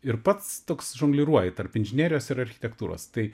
ir pats toks žongliruoji tarp inžinerijos ir architektūros tai